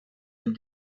ein